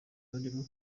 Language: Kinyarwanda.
bari